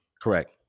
Correct